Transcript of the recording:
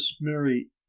Mary